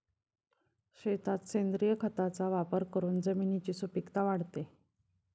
शेतात सेंद्रिय खताचा वापर करून जमिनीची सुपीकता वाढते